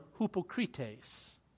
hypocrites